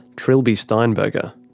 trilby steinberger.